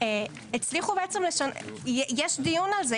הצליחו בעצם, יש דיון על זה.